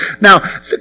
Now